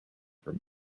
from